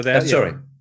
Sorry